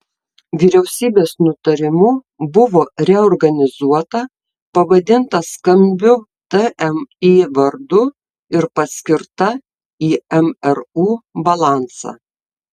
vyriausybės nutarimu buvo reorganizuota pavadinta skambiu tmi vardu ir paskirta į mru balansą